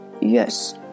Yes